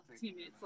teammates